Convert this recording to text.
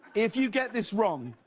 if you get this wrong.